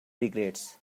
regrets